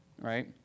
right